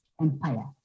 empire